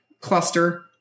cluster